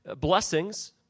blessings